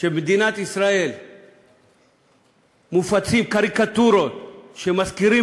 שבמדינת ישראל מופצות קריקטורות שמזכירות